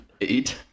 eight